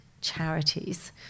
charities